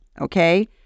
okay